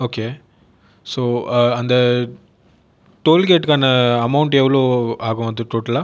okay so அந்த டோல்கேட்க்கான amount எவ்வளோ ஆகும் டோட்டலாக